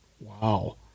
Wow